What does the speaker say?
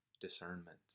discernment